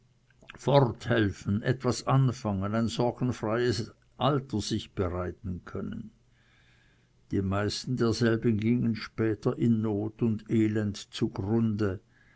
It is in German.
forthelfen etwas anfangen ein sorgenfreies alter sich bereiten können die meisten derselben gingen später in not und elend zugrunde